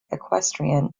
equestrian